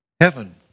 Heaven